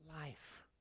life